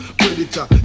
predator